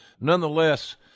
nonetheless –